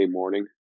morning